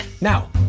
Now